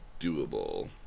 doable